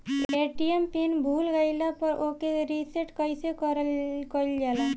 ATM pin भूल गईल पर ओके रीसेट कइसे कइल जाला?